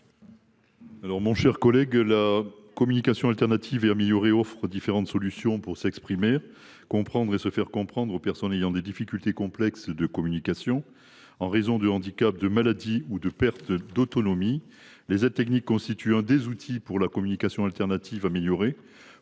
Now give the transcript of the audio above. la commission ? La communication alternative et améliorée offre différentes solutions pour s’exprimer, comprendre et se faire comprendre, aux personnes ayant des difficultés complexes de communication, en raison de handicaps, de maladies ou de perte d’autonomie. Les aides techniques constituent un des outils pour la communication alternative améliorée.